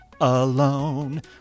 Alone